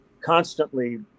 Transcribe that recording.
constantly